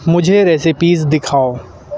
مجھے ریسیپیز دکھاؤ